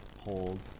hold